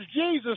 Jesus